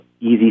easy